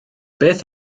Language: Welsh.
beth